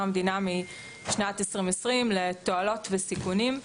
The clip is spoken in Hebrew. המדינה משנת 2020 לתועלות וסיכונים.